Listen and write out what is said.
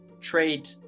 trade